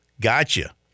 gotcha